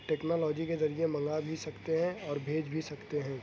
technology کے ذریعہ منگا بھی سکتے ہیں اور بھیج بھی سکتے ہیں